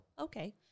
okay